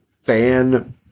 fan